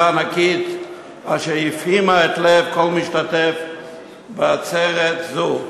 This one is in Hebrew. הענקית אשר הפעימה לב כל משתתף בעצרת זו,